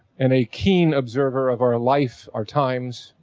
and a keen observer of our life, our times,